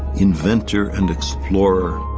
inventor and explorer.